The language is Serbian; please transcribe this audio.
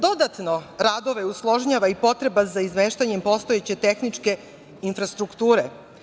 Dodatno radove usložnjava i potreba za izmeštanjem postojeće tehničke infrastrukture.